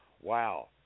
wow